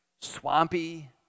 Swampy